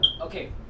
okay